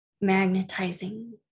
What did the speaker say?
magnetizing